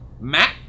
Matt